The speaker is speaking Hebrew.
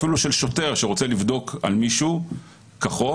אפילו של שוטר שרוצה לבדוק על מישהו כחוק